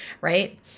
right